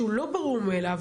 שהוא לא ברור מאליו,